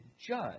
judge